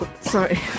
Sorry